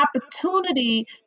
opportunity